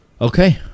Okay